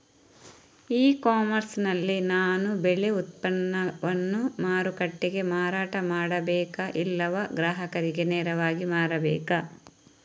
E commerce ನಲ್ಲಿ ನಾನು ಬೆಳೆ ಉತ್ಪನ್ನವನ್ನು ಮಾರುಕಟ್ಟೆಗೆ ಮಾರಾಟ ಮಾಡಬೇಕಾ ಇಲ್ಲವಾ ಗ್ರಾಹಕರಿಗೆ ನೇರವಾಗಿ ಮಾರಬೇಕಾ?